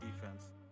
defense